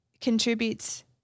contributes